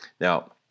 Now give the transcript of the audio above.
Now